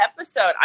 episode